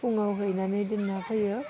फुङाव हैनानै दोन्ना फैयो